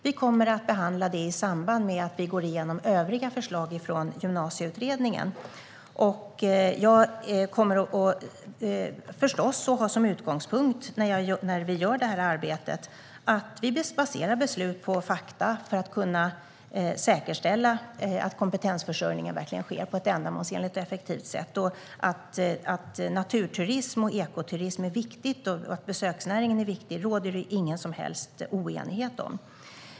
Vi kommer att behandla det i samband med att vi går igenom övriga förslag från Gymnasieutredningen. Svar på interpellationer Jag kommer förstås när vi gör det här arbetet att ha som utgångspunkt att vi baserar beslut på fakta för att kunna säkerställa att kompetensförsörjningen verkligen sker på ett ändamålsenligt och effektivt sätt. Att naturturism och ekoturism är viktigt och att besöksnäringen är viktig råder det ingen som helst oenighet om.